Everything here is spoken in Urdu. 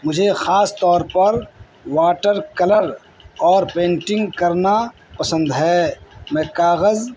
مجھے خاص طور پر واٹر کلر اور پینٹنگ کرنا پسند ہے میں کاغذ